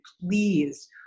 please